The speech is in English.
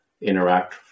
interact